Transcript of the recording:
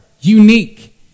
unique